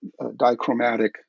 dichromatic